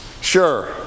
Sure